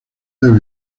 del